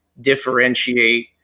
differentiate